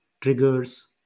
triggers